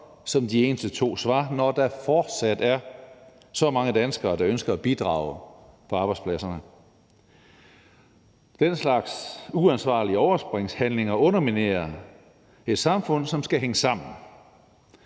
som de eneste to svar, når der fortsat er så mange danskere, der ønsker at bidrage på arbejdspladserne. Den slags uansvarlige overspringshandlinger underminerer et samfund, som skal hænge sammen.